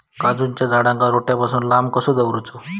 काजूच्या झाडांका रोट्या पासून लांब कसो दवरूचो?